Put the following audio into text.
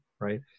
right